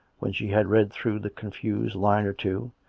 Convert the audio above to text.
when she had read through the confused line or two,